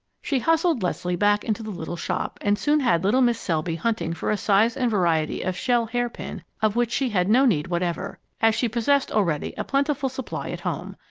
she hustled leslie back into the little shop and soon had little mrs. selby hunting for a size and variety of shell hair-pin of which she had no need whatever, as she possessed already a plentiful supply at home.